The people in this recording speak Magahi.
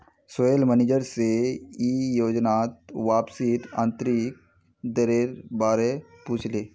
सोहेल मनिजर से ई योजनात वापसीर आंतरिक दरेर बारे पुछले